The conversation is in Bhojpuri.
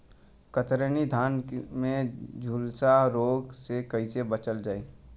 कतरनी धान में झुलसा रोग से कइसे बचल जाई?